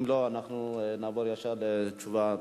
אם לא, אנחנו נעבור ישר לתשובת השר.